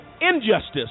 injustice